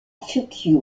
fukui